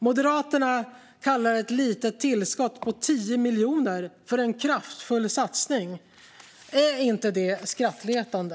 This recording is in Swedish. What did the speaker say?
Moderaterna kallar ett litet tillskott på 10 miljoner för en kraftfull satsning. Är inte detta skrattretande?